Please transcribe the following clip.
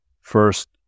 first